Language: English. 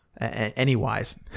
any-wise